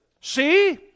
See